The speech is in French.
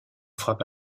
frappe